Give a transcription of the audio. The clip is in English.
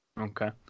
Okay